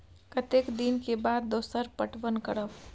कतेक दिन के बाद दोसर पटवन करब?